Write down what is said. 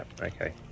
okay